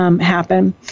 happen